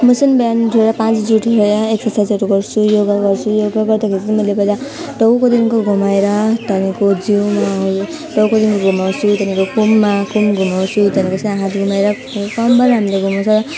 म चाहिँ बिहान उठेर पाँच बजी उठेर एक्सर्साइजहरू गर्छु योगा गर्छु योगा गर्दाखेरि चाहिँ मैले पहिला टाउकोदेखिको घुमाएर त्यहाँदेखिको जिउमा टाउकोदेखिको घुमाउँछु त्यहाँदेखिको कुममा कुम घुमाउँछु त्यहाँदेखिको आँखा घुमाएर अनि कम्मर आरामले घुमाउँछु